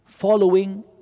following